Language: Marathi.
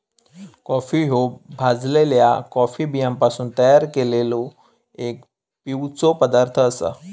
कॉफी ह्यो भाजलल्या कॉफी बियांपासून तयार केललो एक पिवचो पदार्थ आसा